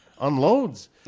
unloads